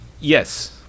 Yes